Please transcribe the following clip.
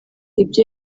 ibyo